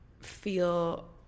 feel